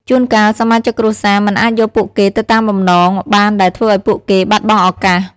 ជួនកាលសមាជិកគ្រួសារមិនអាចយកពួកគេទៅតាមបំណងបានដែលធ្វើឱ្យពួកគេបាត់បង់ឱកាស។